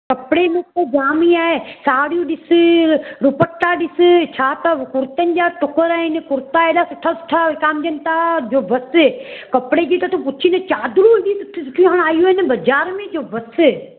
कपिड़े में त जामु ई आहे साड़ियूं ॾिसु दुपटा ॾिसु छा त कुर्तनि जा टुकड़ आहिनि कुर्ता एॾा सुठा सुठा विकामिजनि था जो बसि कपिड़े जी त तूं पुछु न चादरूं एॾी सुठियूं सुठियूं आयूं आहिनि बाज़ार में जो बसि